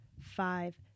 five